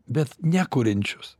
bet ne kuriančius